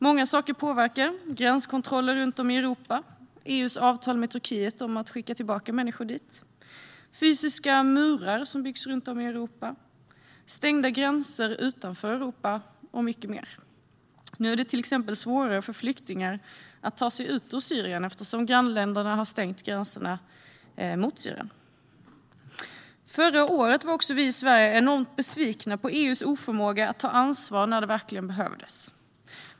Många saker påverkar: gränskontroller runt om i Europa, EU:s avtal med Turkiet om att skicka tillbaka människor dit, fysiska murar som byggs runt om i Europa, stängda gränser utanför Europa och mycket mer. Nu är det till exempel svårare för flyktingar att ta sig ut ur Syrien eftersom grannländerna har stängt gränserna mot Syrien. Förra året var vi i Sverige enormt besvikna på EU:s oförmåga att ta ansvar när det verkligen behövdes.